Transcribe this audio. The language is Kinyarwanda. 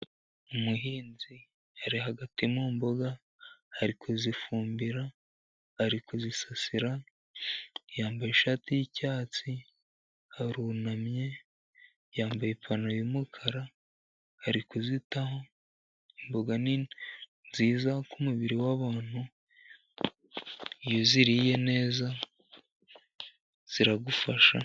Umuhinzi ari hagati mu mboga, ari kuzifumbira, ari kuzisasira, yambaye ishati y'icyatsi, arunamye, yambaye ipantaro yumukara, ari kuzitaho. Imboga ni nziza ku mubiri wabantu, iyo uziriye neza, ziragufasha.